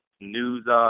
news